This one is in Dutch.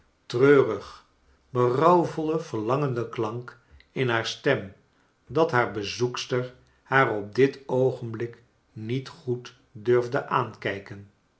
treurige berouwvol verlangende klank in haar stem dat haar bezoekster haar op dit oogenblik niet goed durfde aankijken